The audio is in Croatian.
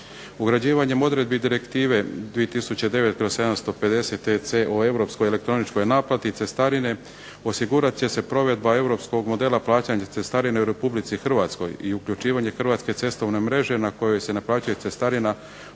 Ugrađivanjem odredbi direktive 2009/750 TC o europskoj elektroničkoj naplati cestarine osigurat će se provedba europskog modela plaćanja cestarine u RH i uključivanje hrvatske cestovne mreže na kojoj se naplaćuje cestarina u